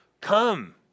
come